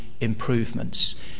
improvements